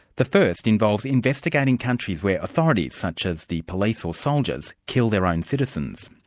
the first involves investigating countries where authorities, such as the police or soldiers, kill their own citizens.